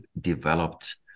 developed